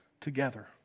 together